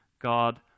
God